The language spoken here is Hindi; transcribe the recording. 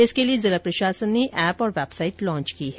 इसके लिए जिला प्रशासन ने एप और वेबसाइट लॉन्च की है